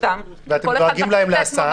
אתם דואגים להם להסעה?